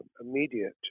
immediate